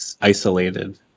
isolated